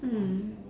mm